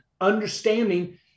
understanding